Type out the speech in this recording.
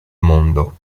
mondo